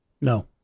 No